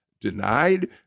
denied